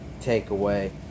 takeaway